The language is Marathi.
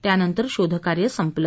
त्यानंतर शोधकार्य संपलं